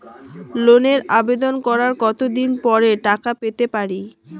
লোনের আবেদন করার কত দিন পরে টাকা পেতে পারি?